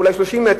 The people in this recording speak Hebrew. אולי 30 מטר.